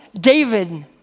David